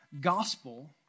gospel